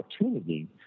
opportunity